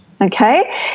Okay